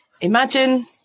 imagine